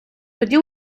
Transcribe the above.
тоді